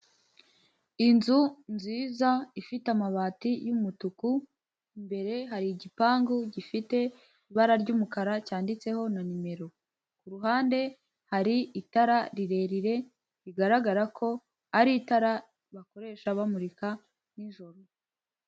Inzu nziza ifite amabati y'umutuku, imbere hari igipangu gifite ibara ry'umukara cyanditseho na nimero, ku ruhande hari itara rirerire rigaragara ko ari itara bakoresha bamurika nijoro.